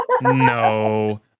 no